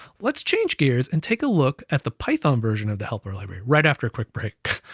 let's change gears, and take a look at the python version of the helper library right after a quick break.